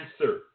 answer